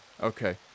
Okay